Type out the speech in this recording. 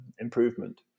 improvement